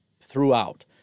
throughout